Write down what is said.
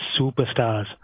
Superstars